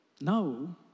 Now